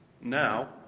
Now